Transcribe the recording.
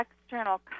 external